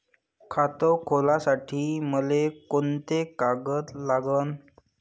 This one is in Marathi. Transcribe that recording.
खात खोलासाठी मले कोंते कागद लागन?